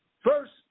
first